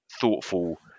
thoughtful